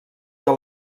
que